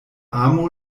amo